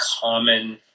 common